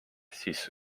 siis